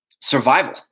survival